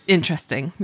Interesting